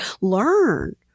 Learn